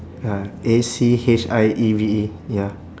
ya A C H I E V E ya